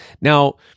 Now